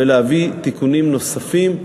ולהביא תיקונים נוספים.